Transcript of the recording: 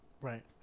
Right